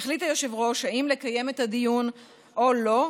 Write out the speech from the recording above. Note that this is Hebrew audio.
יחליט היושב-ראש אם לקיים את הדיון או לא,